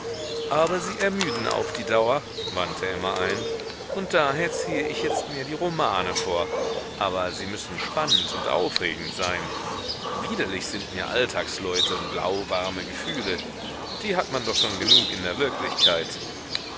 aber sie ermüden auf die dauer wandte emma ein und daher ziehe ich jetzt mehr die romane vor aber sie müssen spannend und aufregend sein widerlich sind mir alltagsleute und lauwarme gefühle die hat man doch schon genug in der wirklichkeit